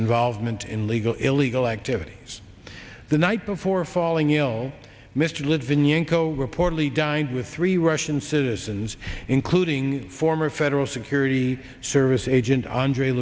involvement in legal illegal activities the night before falling ill mr litvinenko reportedly dined with three russian citizens including former federal security service agent andre